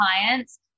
clients